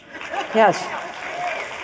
Yes